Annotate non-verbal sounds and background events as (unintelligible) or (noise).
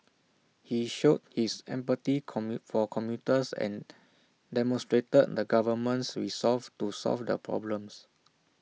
he showed his empathy (unintelligible) for commuters and demonstrated the government's resolve to solve the problems